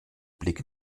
blick